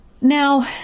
Now